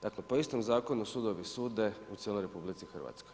Dakle, po istom zakonu sudovi sude u cijeloj RH.